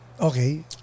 Okay